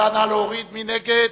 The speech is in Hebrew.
מי נגד.